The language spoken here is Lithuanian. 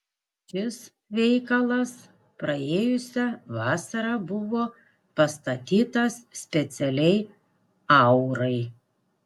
šis veikalas praėjusią vasarą buvo pastatytas specialiai aurai